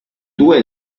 due